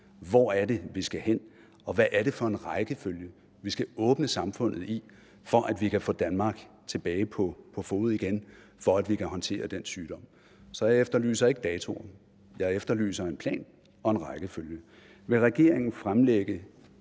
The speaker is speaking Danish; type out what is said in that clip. Hvor er det, vi skal hen? Og hvad er det for en rækkefølge, vi skal åbne samfundet i, for at vi kan få Danmark tilbage på fode igen; for at vi kan håndtere den sygdom? Så jeg efterlyser ikke datoer. Jeg efterlyser en plan og en rækkefølge. Vil regeringen fremlægge